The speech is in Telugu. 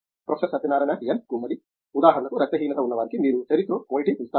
ప్రొఫెసర్ సత్యనారాయణ ఎన్ గుమ్మడి ఉదాహరణకు రక్త హీనత ఉన్నవారికి మీరు ఎరిథ్రోపోయిటిన్ ఇస్తారు